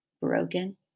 broken